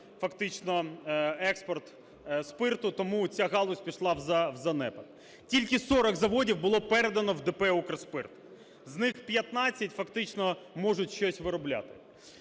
фактично експорт спирту, тому ця галузь пішла в занепад. Тільки 40 заводів було передано в ДП "Укрспирт", з них 15 фактично можуть щось виробляти.